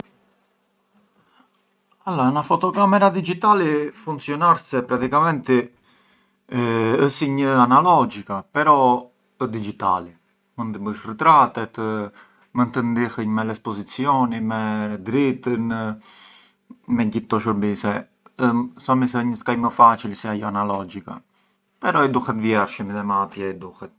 Allura na fotocamera digitali funcjonar praticamenti si një analogica, però ë digitali, mënd dërgosh ritratet, mënd të ndihënj me l’esposizioni, me dritën, me gjith këto shurbise, thomi se ë një skaj më facili se ajo analogica, però i duhet vjershi midhema ktie i duhet.